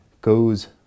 goes